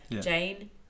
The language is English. Jane